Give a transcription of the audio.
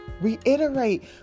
Reiterate